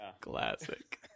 Classic